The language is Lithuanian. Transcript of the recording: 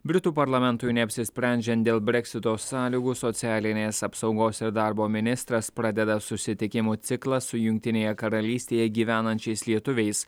britų parlamentui neapsisprendžiant dėl breksito sąlygų socialinės apsaugos ir darbo ministras pradeda susitikimų ciklą su jungtinėje karalystėje gyvenančiais lietuviais